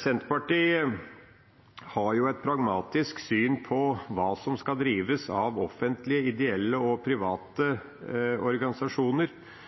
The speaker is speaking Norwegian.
Senterpartiet har et pragmatisk syn på hva som skal drives av offentlige, ideelle og private organisasjoner.